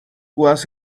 was